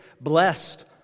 Blessed